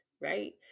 right